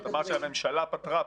את פשוט אמרת שהממשלה פטרה.